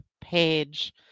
page